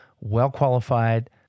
well-qualified